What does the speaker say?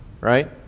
right